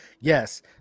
Yes